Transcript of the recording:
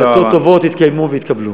החלטות טובות התקיימו והתקבלו.